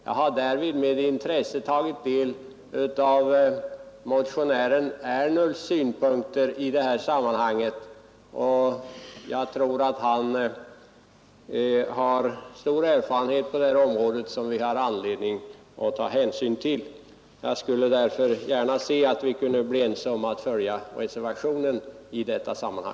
Jag har med intresse tagit del av motionären Ernulfs synpunkter, och jag tror att han har en stor erfarenhet på området som det finns anledning att ta hänsyn till. Jag skulle därför gärna se att vi kunde bli ense om att följa reservationen på den punkten.